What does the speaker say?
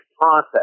process